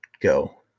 go